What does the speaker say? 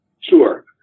Sure